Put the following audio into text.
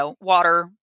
water